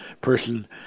person